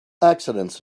accidents